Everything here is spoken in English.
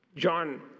John